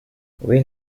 will